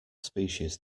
species